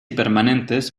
permanentes